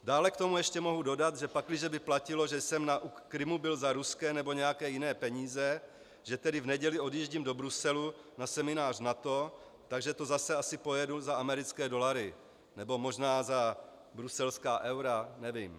Dále k tomu mohu ještě dodat, že pakliže by platilo, že jsem na Krymu byl za ruské nebo nějaké jiné peníze, že tedy v neděli odjíždím do Bruselu na seminář NATO, takže to asi zase pojedu za americké dolary, nebo možná za bruselská eura, nevím.